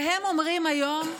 והם אומרים היום: